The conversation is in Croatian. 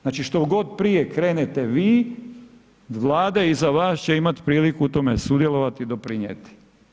Znači što god prije krenete vi, vlada iza vas će imati priliku u tome sudjelovati i doprinijeti.